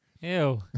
Ew